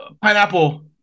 pineapple